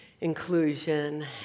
inclusion